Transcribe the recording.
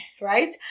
right